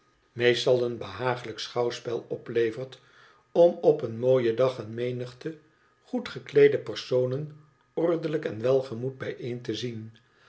meestal een behagelijk schouwspel oplevert om ep een mooien dag een menigte goed gekleede personen ordelijk en welgemoed bijeen te zien